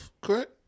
correct